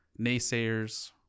...naysayers